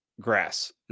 grass